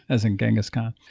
as in genghis khan.